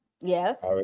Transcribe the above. Yes